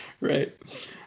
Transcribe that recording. Right